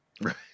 Right